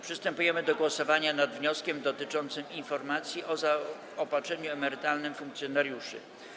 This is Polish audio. Przystępujemy do głosowania nad wnioskiem dotyczącym informacji o zaopatrzeniu emerytalnym funkcjonariuszy.